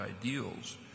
ideals